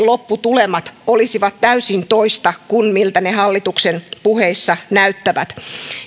lopputulemat olisivat täysin toista kuin miltä ne hallituksen puheissa näyttävät